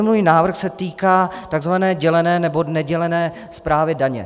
Můj návrh se týká takzvané dělené nebo nedělené správy daně.